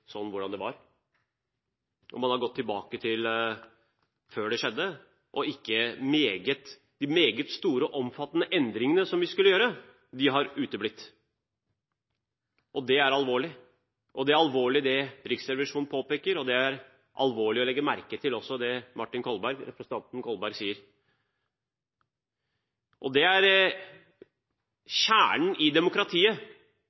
sånn som de var. Man har gått tilbake til sånn det var før det skjedde, og de meget store og omfattende endringene som vi skulle gjøre, har uteblitt. Det er alvorlig. Det er alvorlig det Riksrevisjonen påpeker, og det er også alvorlig det representanten Martin Kolberg sier. Kjernen i demokratiet er å borge for sikkerheten til